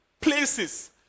places